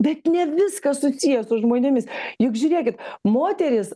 bet ne viskas susiję su žmonėmis juk žiūrėkit moterys